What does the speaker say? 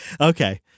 Okay